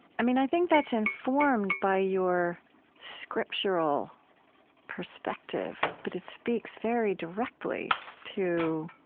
i mean, i think that's informed by your scriptural perspective, but it speaks very directly to